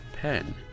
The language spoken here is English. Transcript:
pen